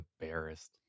embarrassed